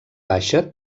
baixa